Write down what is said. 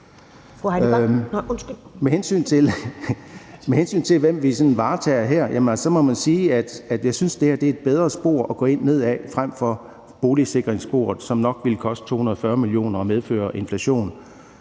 Med hensyn til hvis interesser vi varetager her, må man sige, at jeg synes, at det her er et bedre spor at gå ned ad frem for boligsikringssporet, som nok ville koste 240 mio. kr. og medføre inflation,